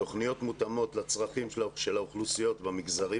תוכניות מותאמות לצרכים של האוכלוסיות במגזרים